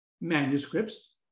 manuscripts